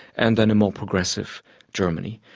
and then a more progressive germany.